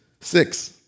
six